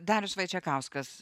darius vaičekauskas